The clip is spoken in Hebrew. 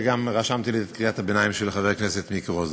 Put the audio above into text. וגם רשמתי לי את קריאת הביניים של חבר הכנסת מיקי רוזנטל,